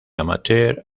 amateur